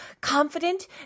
confident